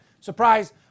Surprise